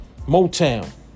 Motown